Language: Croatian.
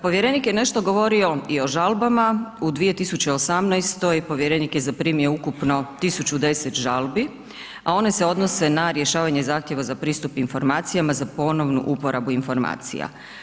Povjerenik je nešto govorio i o žalbama, u 2018. povjerenik je zaprimio ukupno 1010 žalbi, a one se odnose na rješavanje zahtjeva za pristup informacijama za ponovnu uporabu informacija.